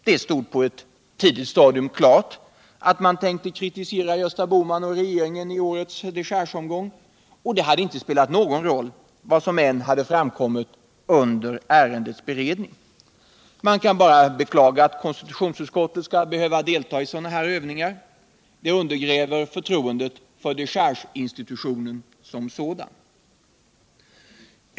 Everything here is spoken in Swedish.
Det stod på ett tidigt stadium klart att man tänkte kritisera Gösta Bohman och regeringen i årets dechargeomgång, och det hade inte spelat någon roll vad som än hade framkommit under ärendets beredning. Man kan bara beklaga att konstitutionsutskottet skall behöva delta i sådana här övningar. Det undergräver förtroendet för dechargeinstitutionen som sådan.